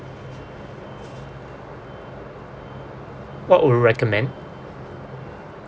what would recommend